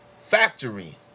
factory